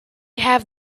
have